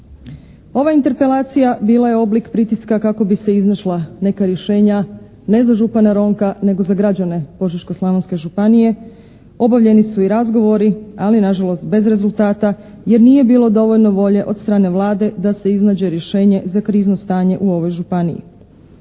Ova interpelacija bila je oblik pritiska kako bi se iznašla neka rješenja, ne za župana Ronka nego za građane Požeško-slavonske županije. Obavljeni su i razgovori, ali nažalost bez rezultata, jer nije bilo dovoljno volje od strane Vlade da se iznađe rješenje za krizno stanje u ovoj županiji.